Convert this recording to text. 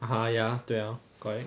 (uh huh) ya 对 ya correct